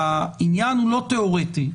העניין הוא לא תיאורטי,